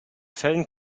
fällen